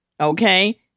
Okay